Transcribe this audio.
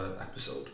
episode